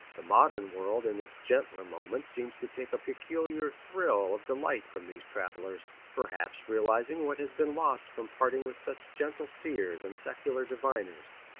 the modern world in its gentler moments seems to take a peculiar thrill of delight from these travellers, perhaps realizing what has been lost from parting with such gentle seers and secular diviners.